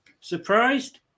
Surprised